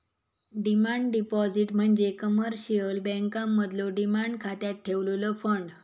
demand deposit म्हणजे commercial बँकांमधलो demand खात्यात ठेवलेलो फंड